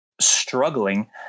struggling